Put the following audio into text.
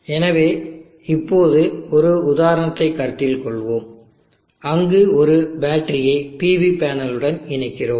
எனவே இப்போது ஒரு உதாரணத்தைக் கருத்தில் கொள்வோம் அங்கு ஒரு பேட்டரியை PV பேனலுடன் இணைக்கிறோம்